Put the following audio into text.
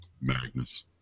Magnus